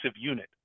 unit